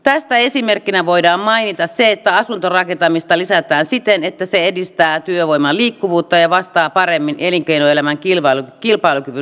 tästä esimerkkinä voidaan mainita se että asuntorakentamista lisätään siten että se edistää työvoiman liikkuvuutta ja vastaa paremmin elinkeinoelämän kilpailukyvyn vaateisiin